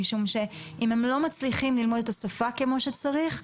משום שאם הם לא מצליחים ללמוד את השפה כמו שצריך,